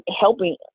helping